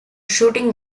shooting